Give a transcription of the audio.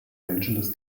angeles